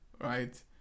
Right